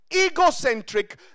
egocentric